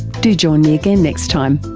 do join me again next time.